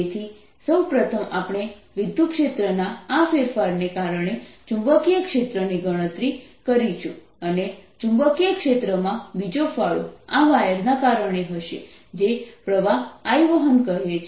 તેથી સૌ પ્રથમ આપણે વિદ્યુતક્ષેત્ર ના આ ફેરફારને કારણે ચુંબકીય ક્ષેત્ર ની ગણતરી કરીશું અને ચુંબકીય ક્ષેત્રમાં બીજો ફાળો આ વાયરને કારણે હશે જે પ્રવાહ I વહન કરે છે